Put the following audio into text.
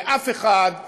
לאף אחד.